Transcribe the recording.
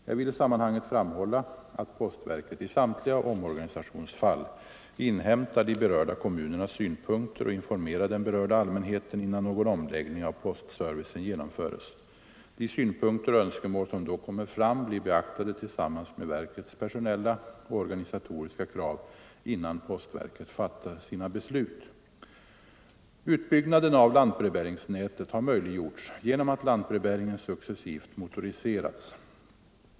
Jag vill i sammanhanget framhålla att postverket i samtliga omorganisationsfall inhämtar de berörda kommunernas synpunkter och informerar den berörda allmänheten, innan någon omläggning av postservicen genomförs. De synpunkter och önskemål som då kommer fram blir beaktade tillsammans med verkets personella och organisatoriska krav, innan postverket fattar sina beslut. Utbyggnaden av lantbrevbäringsnätet har möjliggjorts genom att lantbrevbäringen successivt motoriserats.